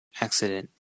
accident